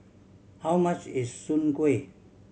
how much is Soon Kueh